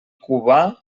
cubà